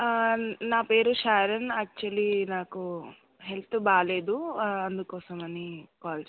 నా పేరు Sharon actually నాకు హెల్త్ బాలేదు అందుకోసం అని కాల్ చేసాను